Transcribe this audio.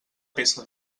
peça